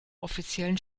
offiziellen